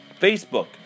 Facebook